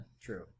True